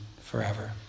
forever